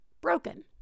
broken